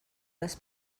les